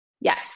Yes